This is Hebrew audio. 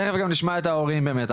תיכף גם נשמע את ההורים באמת,